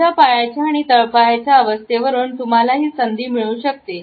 त्यांच्या पायाचा आणि तळपायाच्या अवस्थेवरून तुम्हाला हि संधी मिळू शकते